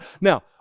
Now